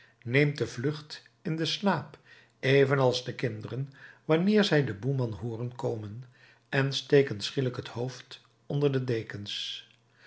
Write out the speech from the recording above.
neemt de vlucht in den slaap evenals de kinderen wanneer zij den boeman hooren komen en steken schielijk het hoofd onder de dekens